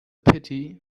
pity